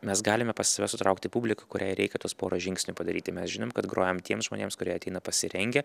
mes galime pas save sutraukti publiką kuriai reikia tuos porą žingsnių padaryti mes žinom kad grojam tiems žmonėms kurie ateina pasirengę